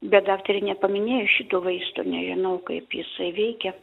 bet daktarė nepaminėjo šito vaisto nežinau kaip jisai veikia